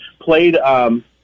played